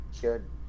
Good